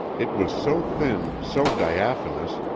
it was so thin, so diaphanous,